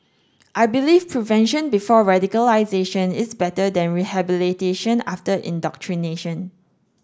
I believe prevention before radicalisation is better than rehabilitation after indoctrination